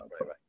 Right